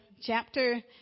chapter